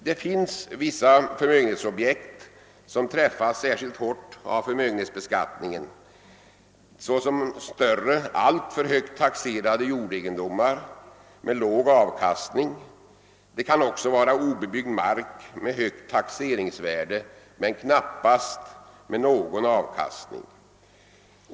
Det finns vissa förmögenhetsobjekt som träffas särskilt hårt av förmögenhetsbeskattningen, såsom större, alltför högt taxerade jordegendomar med låg avkastning. Det kan vara obebyggd mark med högt taxeringsvärde men knappast någon avkastning.